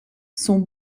sont